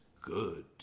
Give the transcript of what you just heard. good